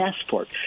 passport